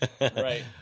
Right